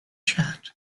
chat